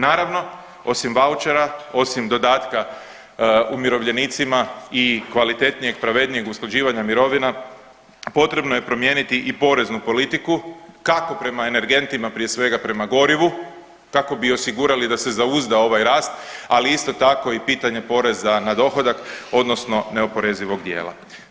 Naravno osim vaučera, osim dodatka umirovljenicima i kvalitetnijeg i pravednijeg usklađivanja mirovina potrebno je promijeniti i poreznu politiku kako prema energentima prije svega prema gorivu kako bi osigurali da se zauzda ovaj rast, ali isto tako i pitanje poreza na dohodak odnosno neoporezivog dijela.